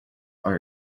are